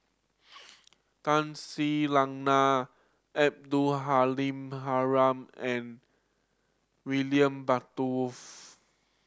Tun Sri Lanang Abdul Halim Haron and William Butterworth